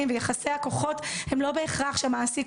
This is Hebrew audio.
ויחסי הכוחות הם לא בהכרח שהמעסיק,